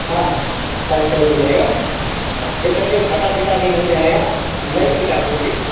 हाँ हाँ सही सही मिलेगा आप देख करके फटा चिटा भी नहीं रहेगा हम नई किताब देंगे